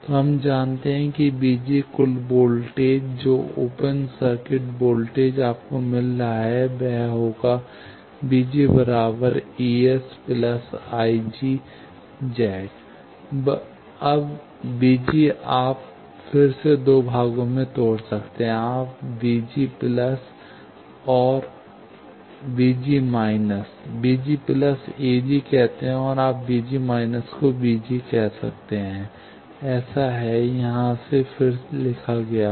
तो हम जानते हैं कि V g कुल वोल्टेज जो ओपन सर्किट वोल्टेज आपको मिल रहा है वह होगा V g ES I g zs अब V g आप फिर से दो भागों में तोड़ सकते हैं आप और को ag कहते हैं और आप को b g कहते हैं ऐसा है यहाँ फिर से लिखा गया है